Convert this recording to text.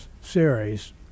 Series